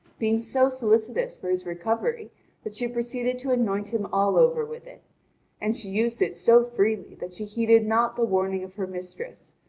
being so solicitous for his recovery that she proceeded to anoint him all over with it and she used it so freely that she heeded not the warning of her mistress,